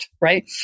Right